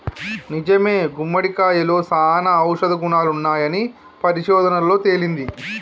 నిజమే గుమ్మడికాయలో సానా ఔషధ గుణాలున్నాయని పరిశోధనలలో తేలింది